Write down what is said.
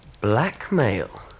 Blackmail